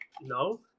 No